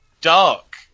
dark